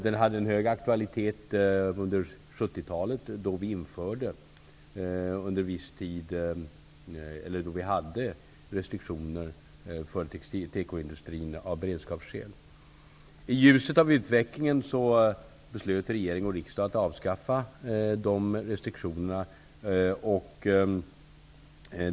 Den hade en hög aktualitet under 1970-talet då vi av beredskapsskäl införde restriktioner för tekoindustrin. I ljuset av utvecklingen beslöt regering och riksdag att avskaffa de restriktionerna.